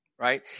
right